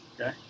Okay